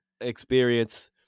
experience